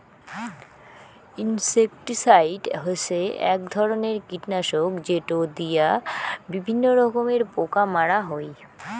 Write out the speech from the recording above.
insecticide হসে এক ধরণের কীটনাশক যেটো দিয়া বিভিন্ন রকমের পোকা মারা হই